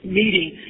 meeting